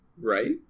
Right